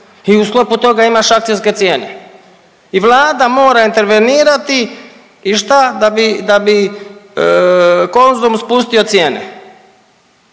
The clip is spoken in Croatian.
I u sklopu toga imaš akcijske cijene i Vlada mora intervenirati i šta da bi Konzum spustio cijene,